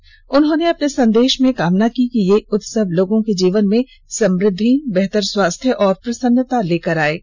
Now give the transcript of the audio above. श्री मोदी ने संदेश में कामना की कि यह उत्सव लोगों के जीवन में समुद्धि बेहतर स्वास्थ्य और प्रसन्नता लायेगा